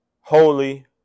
holy